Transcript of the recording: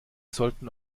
sollten